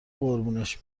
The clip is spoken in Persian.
قربونش